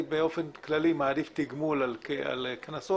אני באופן כללי מעדיף תגמול על קנסות.